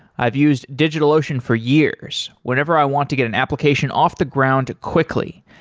i've used digitalocean for years whenever i want to get an application off the ground quickly,